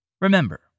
Remember